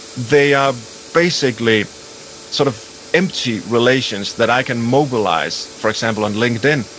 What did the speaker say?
they are basically sort of empty relations that i can mobilize for example, on linkedin,